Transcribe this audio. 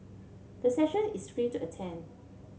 the session is free to attend